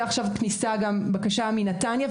ועכשיו יש לנו בקשה לכניסה מנתניה,